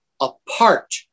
apart